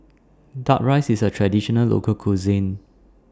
Duck Rice IS A Traditional Local Cuisine